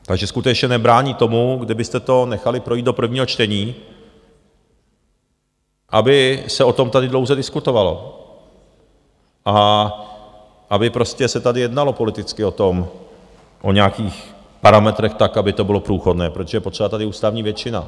Takže skutečně nebrání tomu, kdybyste to nechali projít do prvního čtení, aby se o tom tady dlouze diskutovalo a aby se tady jednalo politicky o nějakých parametrech, tak aby to bylo průchodné, protože je potřeba tady ústavní většina.